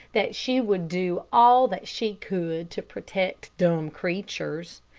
that she would do all that she could to protect dumb creatures.